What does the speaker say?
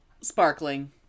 Sparkling